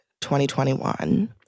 2021